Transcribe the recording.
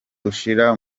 ushyira